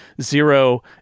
zero